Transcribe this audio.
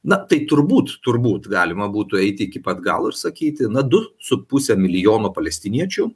na tai turbūt turbūt galima būtų eiti iki pat galo ir sakyti na du su puse milijono palestiniečių